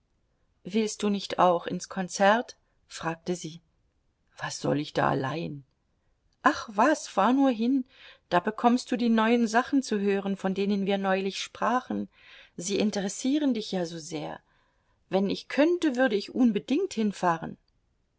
willst du nicht auch ins konzert fragte sie was soll ich da allein ach was fahr nur hin da bekommst du die neuen sachen zu hören von denen wir neulich sprachen sie interessieren dich ja so sehr wenn ich könnte würde ich unbedingt hinfahren